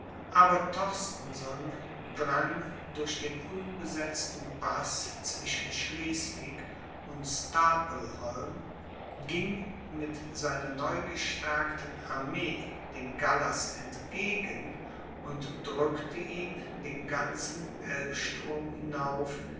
aber torstenson drang durch den unbesetzten paß zwischen schleswig und stapelholm ging mit seiner neugestärkten armee dem gallas entgegen und drückte ihn den ganzen elbstrom hinauf